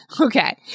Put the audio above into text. Okay